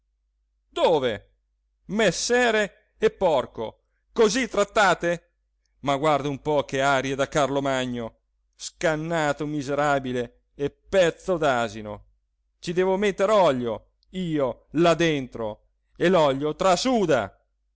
dove messere e porco così trattate ma guarda un po che arie da carlomagno scannato miserabile e pezzo d'asino ci devo metter olio io là dentro e l'olio trasuda